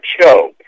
show